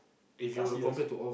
!huh! serious